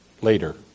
later